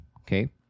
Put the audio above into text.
okay